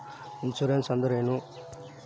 Insurance ಅಂದ್ರ ಏನು?